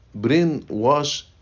brainwash